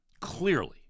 Clearly